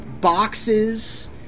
boxes